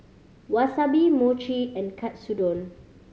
Wasabi Mochi and Katsudon